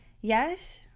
yes